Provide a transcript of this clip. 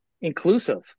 inclusive